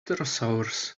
pterosaurs